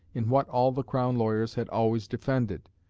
in what all the crown lawyers had always defended.